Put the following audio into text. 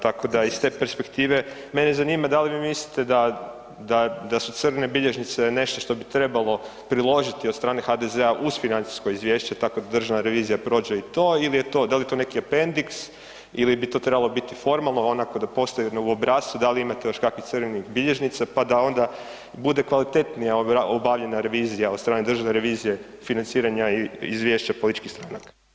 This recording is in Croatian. Tako da iz te perspektive mene zanima, da li vi mislite da su crne bilježnice nešto što bi trebalo priložiti od strane HDZ-a uz financijsko izvješće, tako da državna revizija prođe i to, da li je to neki apendiks ili bi to trebalo biti formalno onako da postoji u obrascu da li imate još kakvih crvenih bilježnica pa da onda bude kvalitetnije obavljena revizija od strane Državne revizije financiranja i izvješća političkih stranaka?